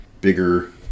bigger